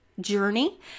journey